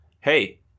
hey